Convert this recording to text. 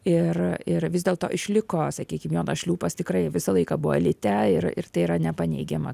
ir ir vis dėlto išliko sakykim jonas šliūpas tikrai visą laiką buvo elite ir ir tai yra nepaneigiama